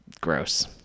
gross